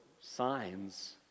signs